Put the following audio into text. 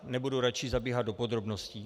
Nebudu radši zabíhat do podrobností.